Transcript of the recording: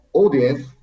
audience